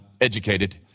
educated